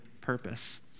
purpose